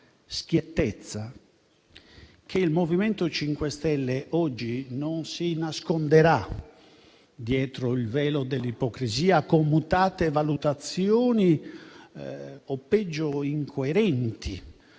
schiettezza che il MoVimento 5 Stelle oggi non si nasconderà dietro il velo dell'ipocrisia con mutate valutazioni o, peggio, incoerenti